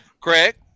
Greg